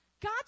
God